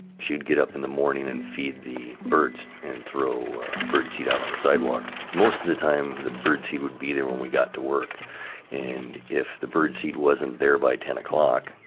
she'd get up in the morning and feed the birds and throw bird seed out on the sidewalk. most of the time, the bird seed would be there when we got to work and if the bird seed wasn't there by ten o'clock,